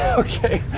okay.